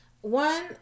one